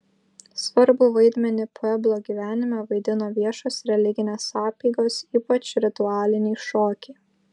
svarbų vaidmenį pueblo gyvenime vaidino viešos religinės apeigos ypač ritualiniai šokiai